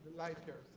light here.